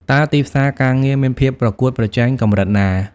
តើទីផ្សារការងារមានភាពប្រកួតប្រជែងកម្រិតណា?